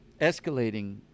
escalating